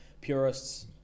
purists